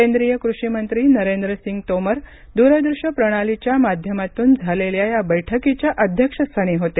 केंद्रीय कृषी मंत्री नरेंद्रसिंग तोमर दूरदृश्य प्रणालीच्या माध्यमातून झालेल्या या बैठकीच्या अध्यक्षस्थानी होते